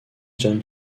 jan